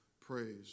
Praise